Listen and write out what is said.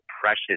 precious